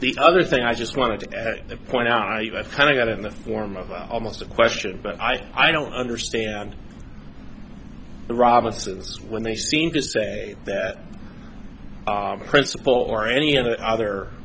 the other thing i just wanted to point out i kind of got in the form of almost a question but i don't understand the robinsons when they seem to say that the principal or any other other